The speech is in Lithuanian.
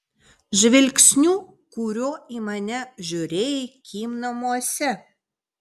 žvilgsniu kuriuo į mane žiūrėjai kim namuose